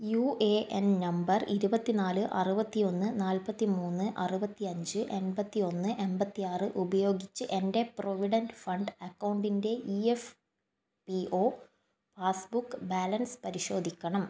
U A N നമ്പർ ഇരുപത്തിനാല് അറുപത്തി ഒന്ന് നാൽപത്തി മൂന്ന് അറുപത്തി അഞ്ച് എൺപത്തി ഒന്ന് എൺപത്തി ആറ് ഉപയോഗിച്ച് എൻ്റെ പ്രൊവിഡൻ്റ് ഫണ്ട് അക്കൗണ്ടിൻ്റെ E F P O passbook balance പരിശോധിക്കണം